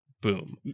Boom